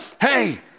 hey